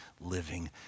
living